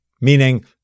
Meaning